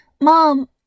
Mom